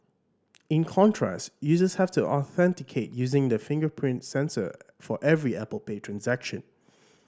in contrast users have to authenticate using the fingerprint sensor for every Apple Pay transaction